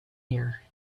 here